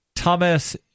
Thomas